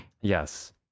Yes